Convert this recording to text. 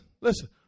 Listen